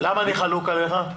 למה אני חלוק עליך?